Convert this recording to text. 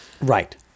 Right